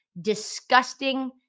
disgusting